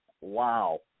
wow